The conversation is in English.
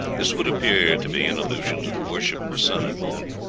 this would appear to be an allusion to the worship of the sun and moon.